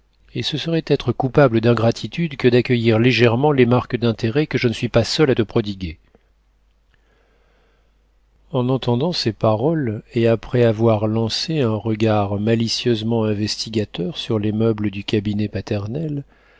et ce serait être coupable d'ingratitude que d'accueillir légèrement les marques d'intérêt que je ne suis pas seul à te prodiguer en entendant ces paroles et après avoir lancé un regard malicieusement investigateur sur les meubles du cabinet paternel